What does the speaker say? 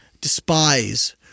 despise